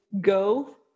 go